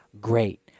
great